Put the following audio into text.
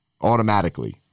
automatically